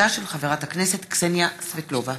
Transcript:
תודה.